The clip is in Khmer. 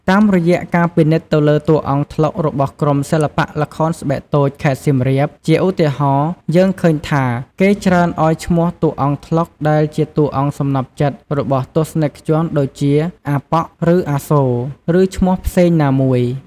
តាមរយៈការពិនិត្យទៅលើតួអង្គត្លុករបស់ក្រុមសិល្បៈល្ខោនស្បែកតូចខេត្តសៀមរាប ជាឧទាហរណ៍ យើងឃើញថា គេច្រើនឱ្យឈ្មោះតួអង្គត្លុកដែលជាតួសំណព្វចិត្តរបស់ទស្សនិកជនដូចជា “អាប៉ក់” ឬ “អាសូរ” ឬឈ្មោះផ្សេងណាមួយ ។